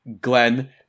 glenn